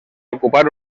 ocupar